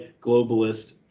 globalist